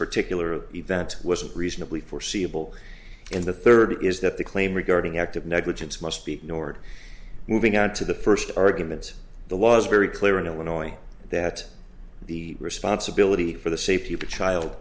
particular event wasn't reasonably foreseeable and the third is that the claim regarding act of negligence must be ignored moving out to the first arguments the was very clear in illinois that the responsibility for the safety of the child